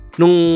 nung